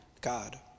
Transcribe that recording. God